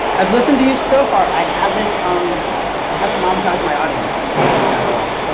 i've listened to you so far, i haven't um i haven't monetized my audience at all.